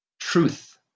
Truth